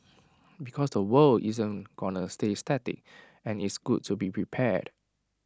because the world isn't gonna stay static and it's good to be prepared